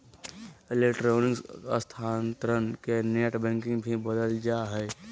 electronic स्थानान्तरण के net banking भी बोलल जा हइ